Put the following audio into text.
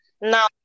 now